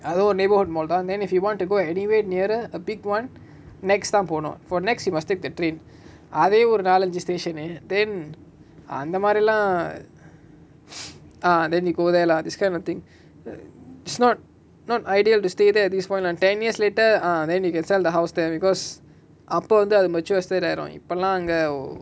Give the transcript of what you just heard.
அதுவு:athuvu neighborhood mall தா:tha then if you wanted to go anywhere nearer a big one nex தா போகனு:tha pokanu for nex you must take the train அதே ஒரு நாலு அஞ்சு:athe oru naalu anju station uh then அந்தமாரிலா:anthamarilaa ah then you go there lah this kind of thing it's not not ideal to stay there at this point ten years later ah then you can sell the house there because அப்ப வந்து அது:apa vanthu athu mature estate ஆகிரு இப்பலா அங்க:aakiru ippala anga oh